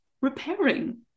repairing